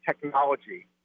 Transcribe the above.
technology